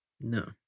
No